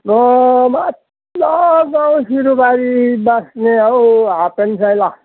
म माथिल्लो गाउँ सिरुबारी बस्ने हौ हापेन साइँला